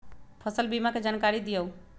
फसल बीमा के जानकारी दिअऊ?